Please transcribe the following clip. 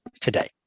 today